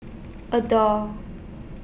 Adore